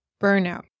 burnout